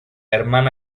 hermana